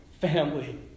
family